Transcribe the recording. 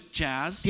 jazz